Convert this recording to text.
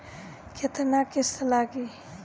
केतना किस्त लागी?